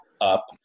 up